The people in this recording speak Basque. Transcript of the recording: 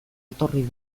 etorri